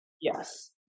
Yes